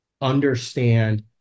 understand